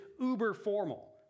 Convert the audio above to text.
uber-formal